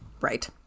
right